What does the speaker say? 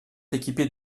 équipées